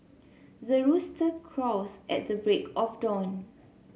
the rooster crows at the break of dawn